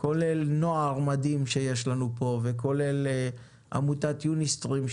כולל נוער מדהים שנמצא פה וכולל עמותת יוניסטרים,